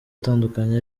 atandukanye